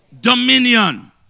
Dominion